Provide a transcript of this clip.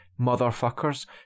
motherfuckers